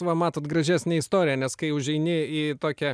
va matot gražesnė istorija nes kai užeini į tokią